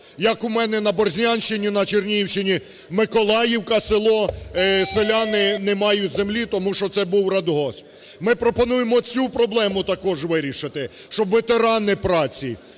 Як у мене на Борзнянщині – на Чернігівщині – Миколаївка село: селяни не мають землі, тому що це був радгосп. Ми пропонуємо цю проблему також вирішити, щоб ветерани праці,